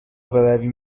برویم